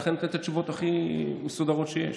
ולכן אני נותן את התשובות הכי מסודרות שיש: